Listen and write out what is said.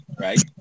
Right